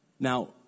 Now